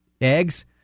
Eggs